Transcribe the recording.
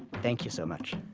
thank you so much.